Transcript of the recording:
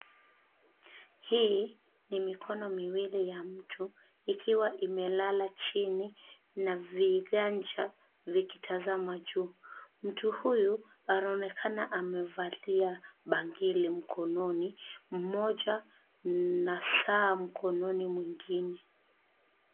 Hii ni mikono miwili ya mtu ikiwa imelala chini na viganja vikitazama juu. Mtu huyu anaonekana amevalia bangili mkononi mmoja na saa mkononi mwingine.